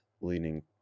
leaning